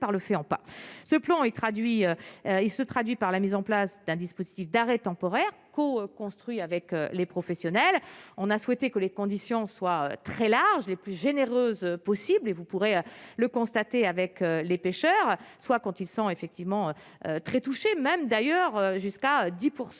pas ce plan est traduit, il se traduit par la mise en place d'un dispositif d'arrêt temporaire co-construit avec les professionnels, on a souhaité que les conditions soient très large les plus généreuses possible et vous pourrez le constater avec les pêcheurs, soit quand ils sont effectivement très touché, même d'ailleurs jusqu'à 10